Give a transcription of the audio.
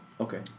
Okay